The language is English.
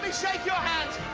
shake your hand!